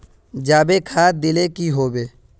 जाबे खाद दिले की होबे?